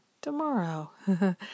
tomorrow